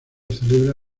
celebra